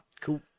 Cool